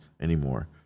anymore